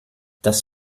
das